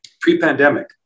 pre-pandemic